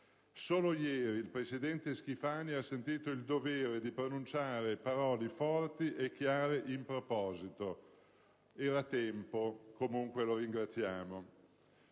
Solo ieri il presidente Schifani ha sentito il dovere di pronunciare parole forti e chiare in proposito. Era tempo e, comunque, lo ringraziamo.